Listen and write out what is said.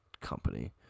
company